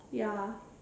ya